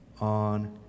on